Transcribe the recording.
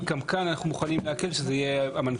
אני בדקתי את הנושא מול מחלקת הנוסח.